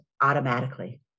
automatically